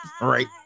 right